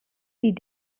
die